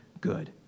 good